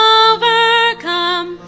overcome